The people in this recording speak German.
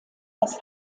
das